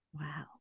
Wow